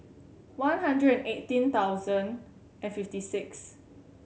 one hundred and eighteen thousand and fifty six